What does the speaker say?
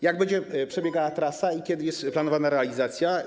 Jak będzie przebiegała trasa i na kiedy jest planowana jej realizacja?